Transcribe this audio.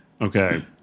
Okay